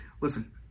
Listen